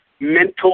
Mental